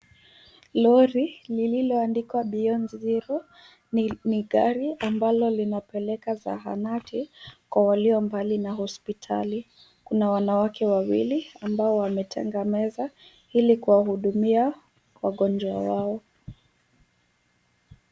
Lori lililoandikwa [c.s]beyond zero ni gari ambalo linapeleka sahanati kwa waliombali na hospitali. Kuna wanawake wawili ambao wametengeneza ili wahudumie wagonjwa wao.